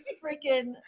freaking